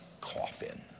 coffin